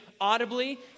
audibly